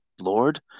Lord